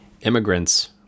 Immigrants